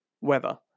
weather